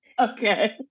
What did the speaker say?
Okay